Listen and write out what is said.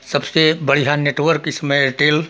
सबसे बढिया नेटवर्क इसमें एयरटेल